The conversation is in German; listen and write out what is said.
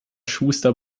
schuster